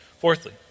Fourthly